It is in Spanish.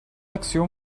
acción